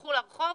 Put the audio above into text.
יילכו לרחוב?